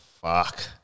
Fuck